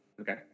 Okay